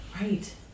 Right